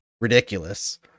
ridiculous